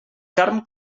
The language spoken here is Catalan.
carn